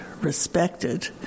respected